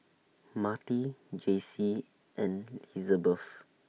Marti Jaycie and Lizabeth